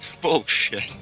Bullshit